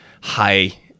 high